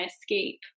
escape